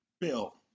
Bill